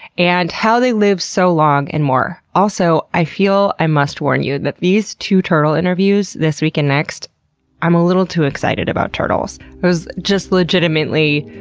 and how they live so long and more. also, i feel i must warn you that these two turtle interviews, this week and next i'm a little too excited about turtles. i was just legitimately,